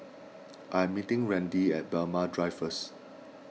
I am meeting Randi at Braemar Drive first